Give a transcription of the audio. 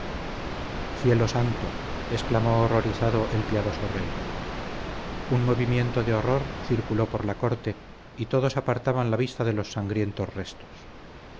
cielo santo exclamó horrorizado el piadoso rey un movimiento de horror circuló por la corte y todos apartaban la vista de los sangrientos restos